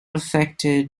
affected